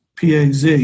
PAZ